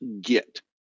get